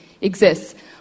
exists